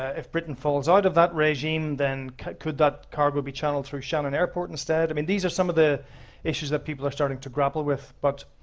ah if britain falls out of that regime then could that cargo be channeled through xiamen airport instead? i mean these are some of the issues that people are starting to grapple with. but